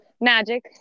Magic